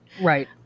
Right